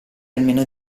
almeno